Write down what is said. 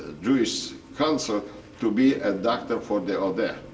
ah jewish council to be a doctor for the od,